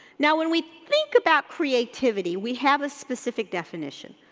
now, when we think about creativity, we have a specific definition.